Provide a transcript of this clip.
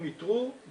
הם איתרו,